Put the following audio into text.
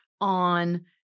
on